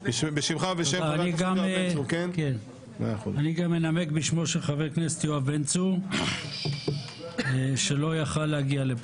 אני גם אנמק בשמו של חבר הכנסת יואב בן צור שלא יכול היה להגיע.